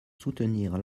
soutenir